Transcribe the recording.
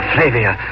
Flavia